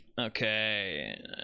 Okay